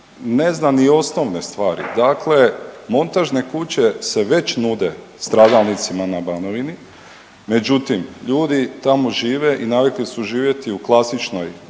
ne zna ni osnovne stvari. Dakle, montažne kuće se već nude stradalnicima na Banovini, međutim ljudi tamo žive i navikli su živjeti u klasičnoj